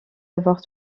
avoir